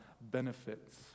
benefits